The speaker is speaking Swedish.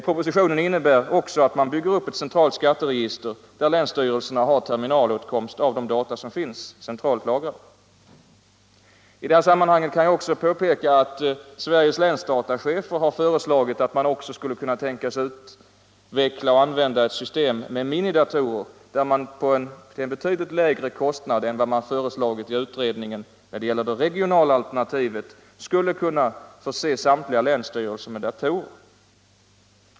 Propositionen innebär att man bygger upp ett centralt skatteregister där länsstyrelserna via terminaler kan få de data som finns centralt lagrade. I det här sammanhanget kan jag också påpeka att Sveriges länsdatachefer föreslagit att man även skulle kunna tänka sig att utveckla och använda ett system med minidatorer, där man till en betydligt lägre kostnad än den som föreslagits i utredningen, när det gäller det regionala alternativet, skulle kunna förse samtliga länsstyrelser med datorer.